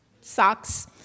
socks